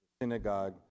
synagogue